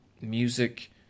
music